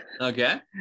okay